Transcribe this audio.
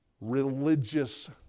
religious